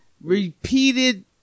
repeated